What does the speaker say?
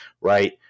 Right